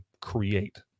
create